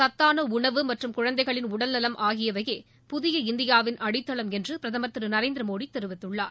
சத்தான உணவு மற்றும் குழந்தைகளின் உடல் நவம் ஆகியவையே புதிய இந்தியாவீனு அடித்தளம் என்று பிரதமர் திரு நரேந்திர மோடி தெரிவித்துள்ளார்